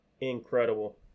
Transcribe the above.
incredible